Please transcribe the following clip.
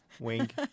wink